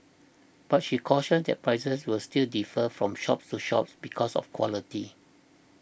but she cautioned that prices will still defer from shops to shops because of quality